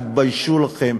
תתביישו לכם.